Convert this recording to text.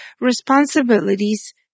responsibilities